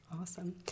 Awesome